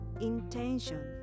intention